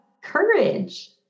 courage